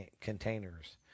containers